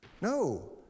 No